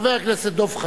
חבר הכנסת דב חנין,